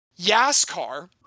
YASCAR